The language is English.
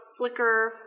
Flickr